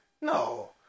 no